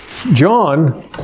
John